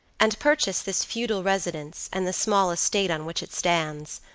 and purchased this feudal residence, and the small estate on which it stands,